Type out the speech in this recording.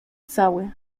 cały